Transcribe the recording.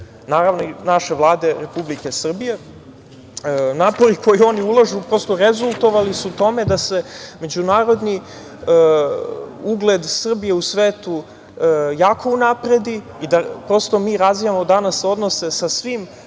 Vučića i naše Vlade Republike Srbije. Napori koje oni ulažu prosto rezultovali su tome da se međunarodni ugled Srbije u svetu jako unapredi i da, prosto, mi razvijamo danas odnose sa svim